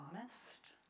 honest